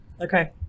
Okay